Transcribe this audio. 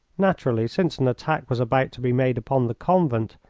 naturally, since an attack was about to be made upon the convent,